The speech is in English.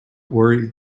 worry